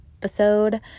episode